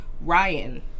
ryan